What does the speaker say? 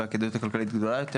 והכדאיות הכלכלית גדולה יותר,